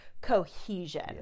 cohesion